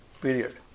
period